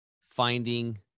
finding